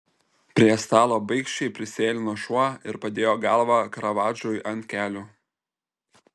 prie stalo baikščiai prisėlino šuo ir padėjo galvą karavadžui ant kelių